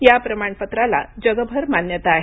या प्रमाणपत्राला जगभर मान्यता आहे